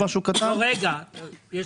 רבה.